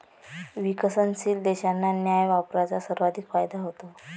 विकसनशील देशांना न्याय्य व्यापाराचा सर्वाधिक फायदा होतो